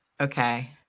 Okay